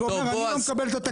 אתה אומר שאתה לא מקבל את התקנון.